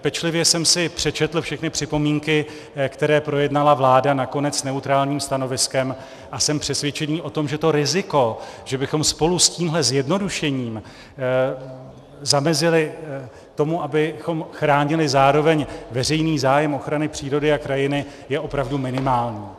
Pečlivě jsem si přečetl všechny připomínky, které projednala vláda nakonec s neutrálním stanoviskem, a jsem přesvědčený o tom, že riziko, že bychom spolu s tímhle zjednodušením zamezili tomu, abychom chránili zároveň veřejný zájem ochrany přírody a krajiny, je opravdu minimální.